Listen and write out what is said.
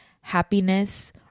happiness